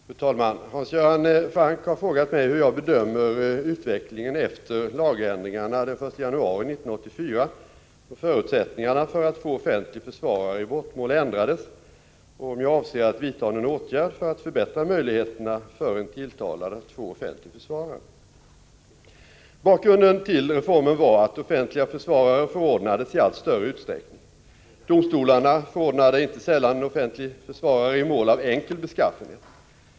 Fru talman! Hans Göran Franck har frågat mig hur jag bedömer utvecklingen efter lagändringarna den 1 januari 1984, då förutsättningarna för att få offentlig försvarare i brottmål ändrades, och om jag avser att vidta någon åtgärd för att förbättra möjligheterna för en tilltalad att få offentlig försvarare. Bakgrunden till reformen var att offentliga försvarare förordnades i allt större utsträckning. Domstolarna förordnade inte sällan offentlig försvarare i mål av enkel beskaffenhet.